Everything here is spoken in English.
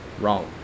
wrong